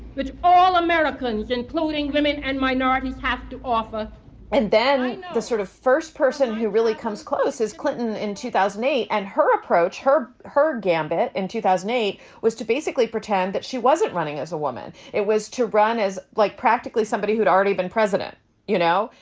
which all americans, including women and minorities, have to offer and then the sort of first person who really comes close is clinton in two thousand and eight. and her approach her her gambit in two thousand and eight was to basically pretend that she wasn't running as a woman. it was to run as like practically somebody who'd already been president you know,